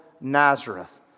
Nazareth